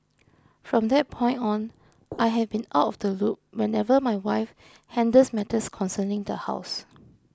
from that point on I have been out of the loop whenever my wife handles matters concerning the house